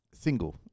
single